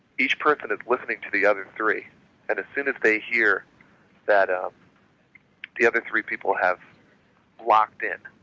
each person is listening to the other three and as soon as they hear that um the other three people have locked in,